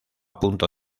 punto